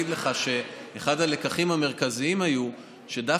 אני יכול להגיד לך שאחד הלקחים המרכזיים היו שדווקא